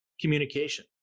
communication